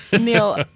Neil